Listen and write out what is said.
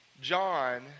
John